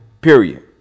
period